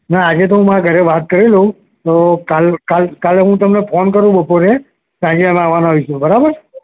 ના આજે તો હું મારા ઘરે વાત કરી લઉં તો કાલ કાલ કાલે હું તમને ફોન કરું બપોરે સાંજે અમે આવવાનાં હોઈશું તો બરાબર